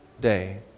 day